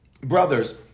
brothers